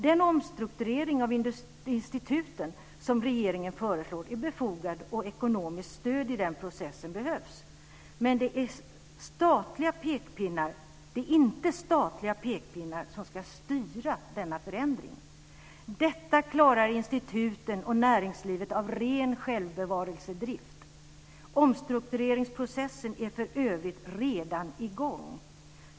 Den omstrukturering av instituten som regeringen föreslår är befogad, och ekonomiskt stöd i den processen behövs. Men det är inte statliga pekpinnar som ska styra denna förändring. Detta klarar instituten och näringslivet av ren självbevarelsedrift. Omstruktureringsprocessen är för övrigt redan i gång.